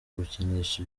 gukinisha